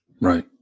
Right